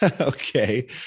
okay